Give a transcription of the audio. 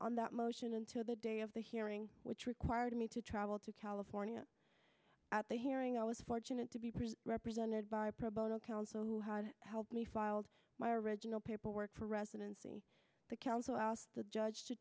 on that motion until the day of the hearing which required me to travel to california at the hearing i was fortunate to be represented by a pro bono counsel who had helped me filed my original paperwork for residency the council asked the judge to